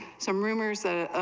some rumors ah